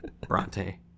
Bronte